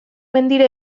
mendira